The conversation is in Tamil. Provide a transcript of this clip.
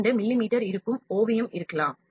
2 மிமீ இருக்கும் ஓவியம் இருக்கலாம்